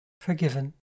Forgiven